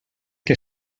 que